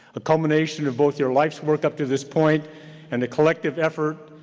a culmination of both your life's work up to this point and the collective effort,